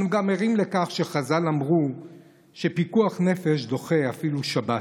אנו גם ערים לכך שחז"ל אמרו שפיקוח נפש דוחה אפילו שבת.